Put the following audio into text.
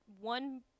one –